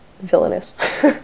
villainous